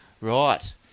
Right